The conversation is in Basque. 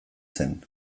zen